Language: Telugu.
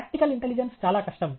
ప్రాక్టికల్ ఇంటెలిజెన్స్ చాలా కష్టం